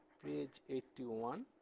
page eighty one,